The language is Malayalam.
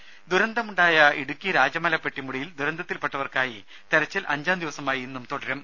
രുമ ദുരന്തമുണ്ടായ ഇടുക്കി രാജമല പെട്ടിമുടിയിൽ ദുരന്തത്തിൽപെട്ടവർക്കായി തെരച്ചിൽ അഞ്ചാം ദിവസമായ ഇന്നും തുടരും